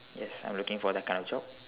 yes I'm looking for that kind also